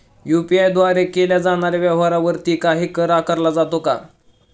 UPI द्वारे केल्या जाणाऱ्या व्यवहारावरती काही कर आकारला जातो का?